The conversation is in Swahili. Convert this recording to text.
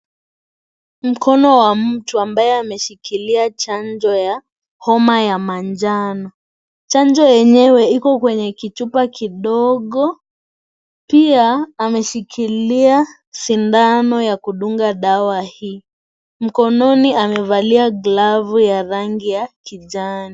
Mkono wa mtu ambaye ameshikilia chanjo ya homa ya manjano. Chanjo yenyewe iko kwenye kichupa kidogo. Pia ameshikilia sindano ya kudunga dawa hii. Mkononi amevalia glavu ya rangi ya kijani.